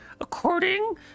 according